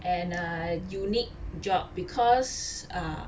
and a unique job because err